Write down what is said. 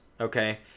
okay